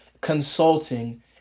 consulting